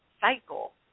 cycle